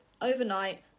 overnight